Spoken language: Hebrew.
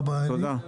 תודה רבה, אלי.